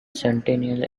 centennial